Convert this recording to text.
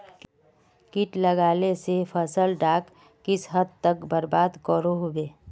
किट लगाले से फसल डाक किस हद तक बर्बाद करो होबे?